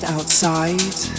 Outside